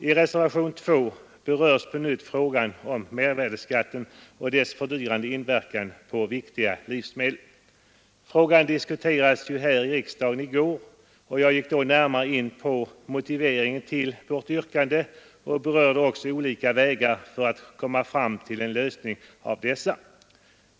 I reservationen 2 berörs på nytt frågan om mervärdeskatten och dess fördyrande inverkan på viktiga livsmedel. Frågan diskuterades ju här i riksdagen i går och jag gick då närmare in på motiveringen till vårt yrkande och berörde också olika vägar att komma fram till en lösning.